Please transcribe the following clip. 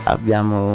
Abbiamo